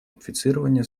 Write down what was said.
инфицирования